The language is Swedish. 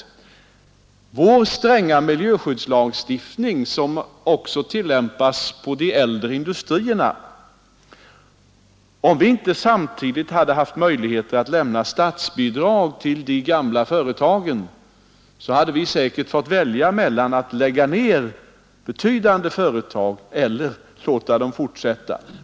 Vi har här i landet en sträng miljöskyddslagstiftning, som också tillämpats på de äldre industrierna, och om vi inte samtidigt haft möjligheter att lämna statsbidrag till de gamla företagen hade vi säkert fått lägga ner även betydande företag.